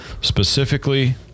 Specifically